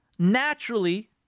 naturally